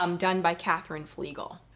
um done by katherine flegal.